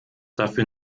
dafür